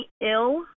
ill